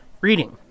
Reading